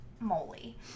moly